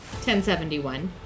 1071